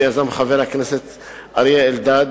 שיזם חבר הכנסת אריה אלדד,